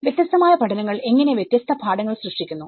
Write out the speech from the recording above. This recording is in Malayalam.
വ്യത്യസ്തമായ പഠനങ്ങൾ എങ്ങനെ വ്യത്യസ്ത പാഠങ്ങൾ സൃഷ്ടിക്കുന്നു